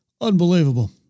Unbelievable